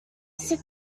sit